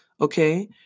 okay